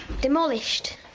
Demolished